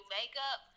makeup